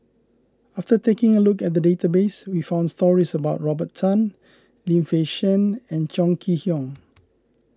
after taking a look at the database we found stories about Robert Tan Lim Fei Shen and Chong Kee Hiong